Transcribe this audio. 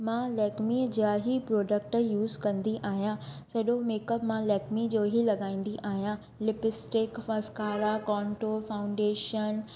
मां लैक्मीअ जा ई प्रोड्क्ट यूज़ कंदी आहियां सॼो मेकअब मां लैक्मी जो ई लगाईंदी आहियां लिपिस्टिक मस्कारा कोन्टो फाउंडेशन